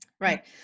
Right